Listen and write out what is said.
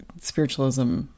spiritualism